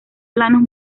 planos